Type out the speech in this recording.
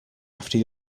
after